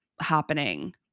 happening